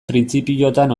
printzipiotan